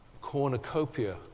cornucopia